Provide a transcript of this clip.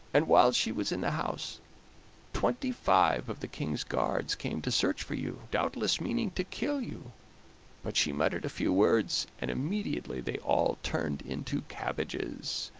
and while she was in the house twenty-five of the king's guards came to search for you, doubtless meaning to kill you but she muttered a few words, and immediately they all turned into cabbages.